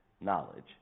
knowledge